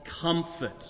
comfort